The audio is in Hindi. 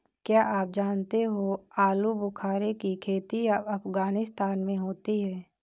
क्या आप जानते हो आलूबुखारे की खेती अफगानिस्तान में होती है